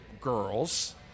girls